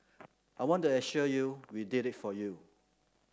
I want to assure you we did it for you